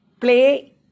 play